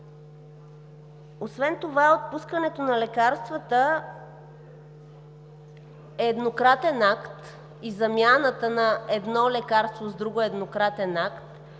Освен това отпускането на лекарствата е еднократен акт. Замяната на едно лекарство с друго е еднократен акт,